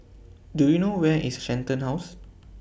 Do YOU know Where IS Shenton House